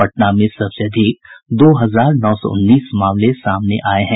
पटना में सबसे अधिक दो हजार नौ उन्नीस मामले सामने आये हैं